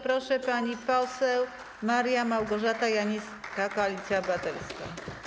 Proszę, pani poseł Maria Małgorzata Janyska, Koalicja Obywatelska.